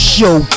Show